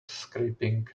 scraping